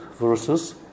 versus